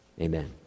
Amen